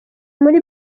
muri